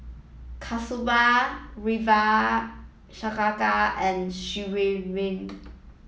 Kasturba Ravi Shankar and Srinivasa